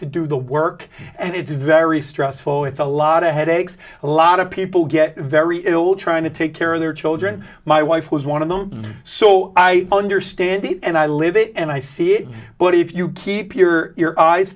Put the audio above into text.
to do the work and it's very stressful it's a lot of headaches a lot of people get very ill trying to take care of their children my wife was one of them so i understand it and i live it and i see it but if you keep your